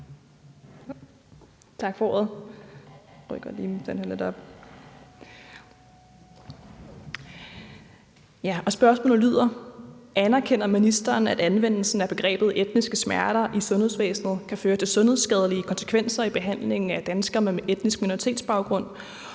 Olumeko (ALT): Anerkender ministeren, at anvendelsen af begrebet etniske smerter i sundhedsvæsenet kan føre til sundhedsskadelige konsekvenser i behandlingen af patienter med etnisk minoritetsbaggrund,